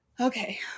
Okay